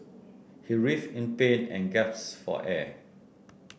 he writhed in pain and gasped for air